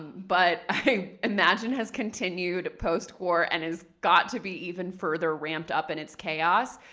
but i imagine has continued post-quar, and has got to be even further ramped up in its chaos.